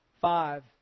Five